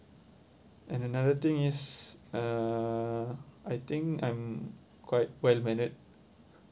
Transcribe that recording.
and another thing is uh I think I'm quite well-mannered